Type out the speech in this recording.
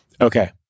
Okay